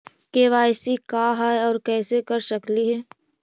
KYC का है, और कैसे कर सकली हे?